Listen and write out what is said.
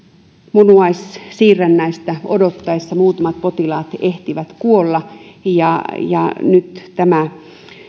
munuaissiirrännäistä odottaessa muutamat potilaat ehtivät kuolla ja ja nyt